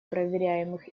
проверяемых